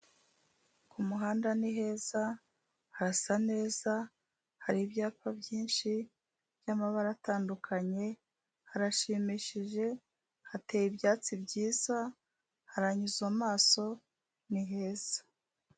Ku muhanda ni heza, hasa neza, hari ibyapa byinshi by'amabara atandukanye, harashimishije, hateye ibyatsi byiza, haranyuzwa amaso ni heza.